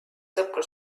sõpru